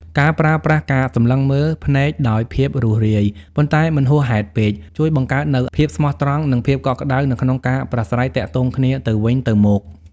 ការប្រើប្រាស់ការសម្លឹងមើលភ្នែកដោយភាពរួសរាយ ប៉ុន្តែមិនហួសហេតុពេក ជួយបង្កើតនូវភាពស្មោះត្រង់ និងភាពកក់ក្ដៅនៅក្នុងការប្រាស្រ័យទាក់ទងគ្នាទៅវិញទៅមក។